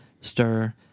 stir